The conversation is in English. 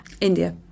India